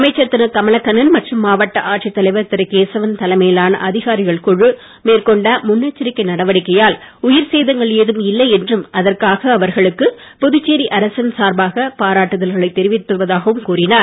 அமைச்சர் திரு கமலக்கண்ணன் மற்றும் மாவட்ட ஆட்சித் தலைவர் திரு கேசவன் தலைமையிலான மேற்கொண்ட அதிகாரிகள் முன்னெச்சரிக்கை குழு நடவடிக்கையால் உயிர் சேதங்கள் ஏதும் இல்லை என்றும் அதற்காக அவர்களுக்கு புதுச்சேரி அரசின் சார்பாக பாராட்டுதல்களை தெரிவிப்பதாகவும் கூறினார்